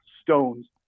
stones